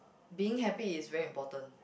being happy is very important